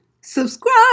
subscribe